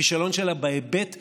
הכישלון שלה בהיבט הממשלי,